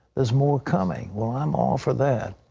is more coming. well, i'm all for that.